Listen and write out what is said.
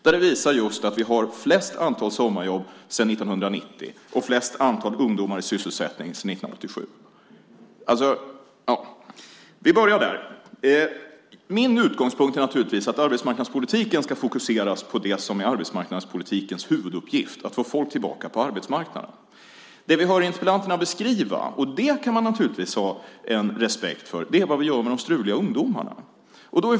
Den visar att vi har störst antal sommarjobb sedan 1990 och flest antal ungdomar i sysselsättning sedan 1987. Vi börjar där. Min utgångspunkt är naturligtvis att arbetsmarknadspolitiken ska fokusera på det som är arbetsmarknadspolitikens huvuduppgift, nämligen att få folk tillbaka till arbetsmarknaden. Det vi hör interpellanterna beskriva - det kan man naturligtvis ha respekt för - är vad vi gör med de struliga ungdomarna.